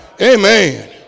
Amen